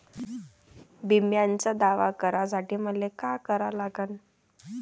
बिम्याचा दावा करा साठी मले का करा लागन?